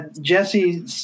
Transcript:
Jesse